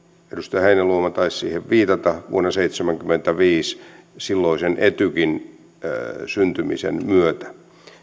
edustaja heinäluoma taisi siihen viitata jo vuonna seitsemänkymmentäviisi silloisen etykin syntymisen myötä